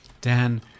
Dan